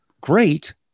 great